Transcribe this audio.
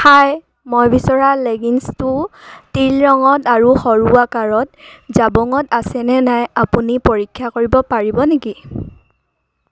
হাই মই বিচৰা লেগিংছটো টীল ৰঙত আৰু সৰু আকাৰত জাবঙত আছেনে নাই আপুনি পৰীক্ষা কৰিব পাৰিব নেকি